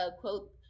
quote